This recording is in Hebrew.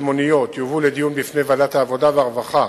מוניות יובאו לדיון בפני ועדת העבודה והרווחה